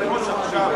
אתה יודע מה?